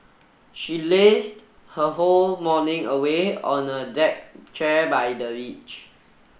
she lazed her whole morning away on a deck chair by the beach